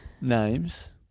names